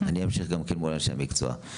אני אמשיך גם מול אנשי המקצוע.